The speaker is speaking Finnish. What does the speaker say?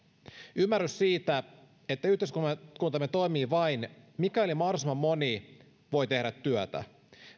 ymmärrys siitä että yhteiskuntamme toimii vain mikäli mahdollisimman moni voi tehdä työtä